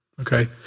Okay